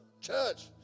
church